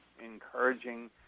encouraging